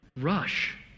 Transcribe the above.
rush